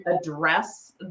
address